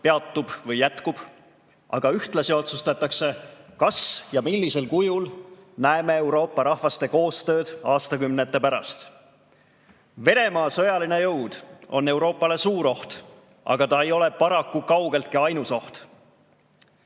peatub või jätkub, vaid ühtlasi otsustatakse, millisel kujul me näeme Euroopa rahvaste koostööd aastakümnete pärast. Venemaa sõjaline jõud on Euroopale suur oht, aga see ei ole paraku kaugeltki ainus oht.